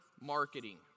marketing